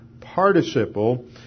participle